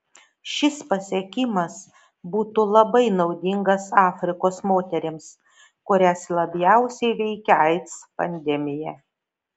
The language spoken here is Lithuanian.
šis pasiekimas būtų labai naudingas afrikos moterims kurias labiausiai veikia aids pandemija